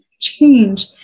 change